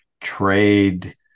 trade